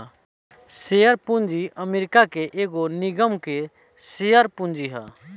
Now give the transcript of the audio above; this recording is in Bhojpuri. शेयर पूंजी अमेरिका के एगो निगम के शेयर पूंजी ह